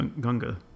Gunga